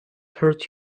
hurt